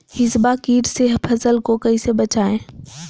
हिसबा किट से फसल को कैसे बचाए?